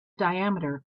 diameter